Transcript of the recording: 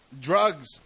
Drugs